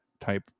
type